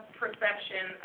perception